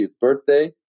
birthday